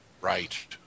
Right